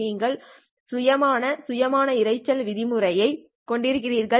நீங்கள் சுயமான சுயமான இரைச்சல் விதிமுறை ஐ கொண்டிருக்கிறீர்கள்